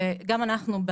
וגם אנחנו,